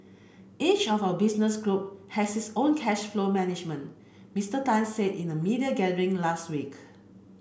each of our business group has its own cash flow management Mister Tan said in a media gathering last week